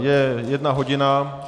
Je jedna hodina.